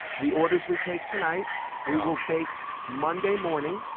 the orders we take tonight we will bake monday morning.